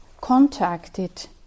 contacted